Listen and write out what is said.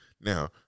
Now